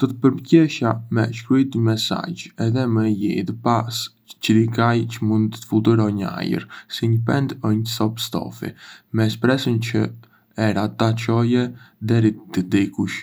Do të përpiqesha me shkrujtë një mesazh edhe me e lidhë pas diçkaje çë mund të fluturojë në ajër, si një pendë o një copë stofi, me shpresën çë era ta çojë deri te dikush.